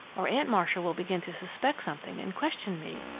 or aunt marcia will begin to suspect something and question me,